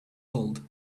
old